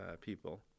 people